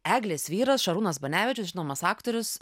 eglės vyras šarūnas banevičius žinomas aktorius